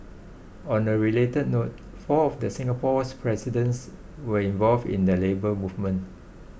on a related note four of the Singapore's presidents were involved in the Labour Movement